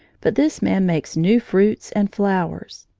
but this man makes new fruits and flowers.